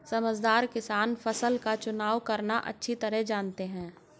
समझदार किसान फसल का चुनाव करना अच्छी तरह जानते हैं